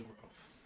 growth